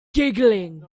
giggling